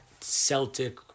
Celtic